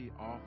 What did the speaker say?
off